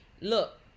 Look